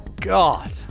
God